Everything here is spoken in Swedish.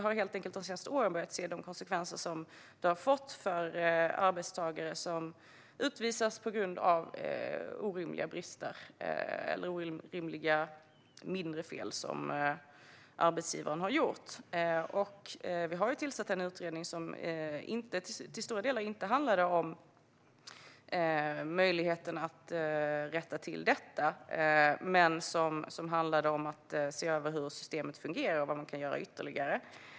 De senaste åren har vi börjat se de konsekvenser detta har fått för arbetstagare som utvisas på grund av mindre fel som arbetsgivaren har begått, vilka får orimliga konsekvenser. Vi har tillsatt en utredning som till stora delar inte handlade om möjligheten att rätta till detta utan om att se över hur systemet fungerar och vad man kan göra ytterligare.